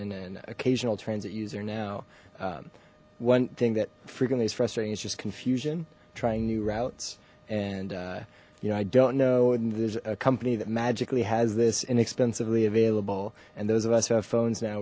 and an occasional transit user now one thing that frequently is frustrating is just confusion trying new routes and you know i don't know and there's a company that magically has this inexpensively available and those of us who have phones now